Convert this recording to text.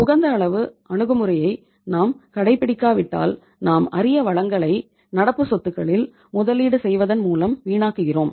உகந்த அளவு அணுகுமுறையை நாம் கடைபிடிக்காவிட்டால் நாம் அரிய வளங்களை நடப்பு சொத்துக்களில் முதலீடு செய்வதன் மூலம் வீணாக்குகிறோம்